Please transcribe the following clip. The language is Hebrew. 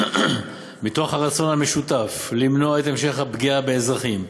מתוך הרצון המשותף למנוע את המשך הפגיעה באזרחים,